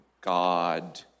God